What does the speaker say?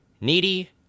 needy